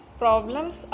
problems